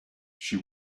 she